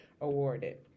awarded